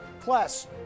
Plus